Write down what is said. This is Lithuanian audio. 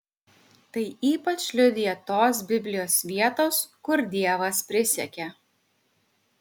tai ypač liudija tos biblijos vietos kur dievas prisiekia